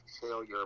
failure